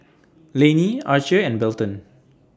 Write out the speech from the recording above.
Layne Archer and Belton